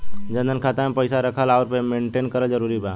जनधन खाता मे पईसा रखल आउर मेंटेन करल जरूरी बा?